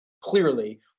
clearly